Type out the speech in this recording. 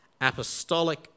apostolic